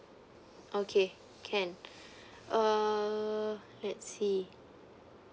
okay can uh let's see